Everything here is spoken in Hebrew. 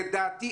לדעתי,